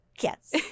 Yes